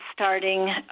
starting